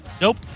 Nope